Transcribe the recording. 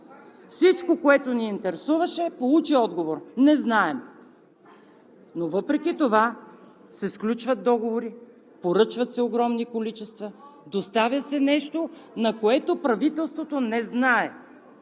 Всичко, което ни интересуваше, получи отговор – не знаем! Но въпреки това се сключват договори, поръчват се огромни количества, доставя се нещо, за което правителството не знае